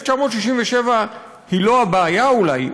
1967 היא לא כל הבעיה אולי,